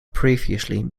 previously